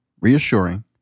reassuring